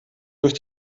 durch